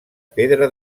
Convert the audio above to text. pedra